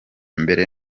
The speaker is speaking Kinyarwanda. mbere